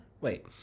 Wait